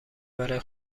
برای